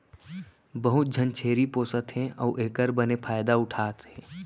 बहुत झन छेरी पोसत हें अउ एकर बने फायदा उठा थें